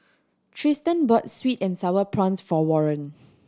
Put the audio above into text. Triston bought sweet and Sour Prawns for Warren